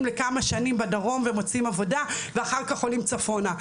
לכמה שנים בדרום ומוצאים עבודה ואחר כך עולים צפונה.